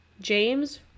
james